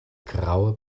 graue